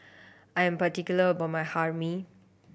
I'm particular about my Hae Mee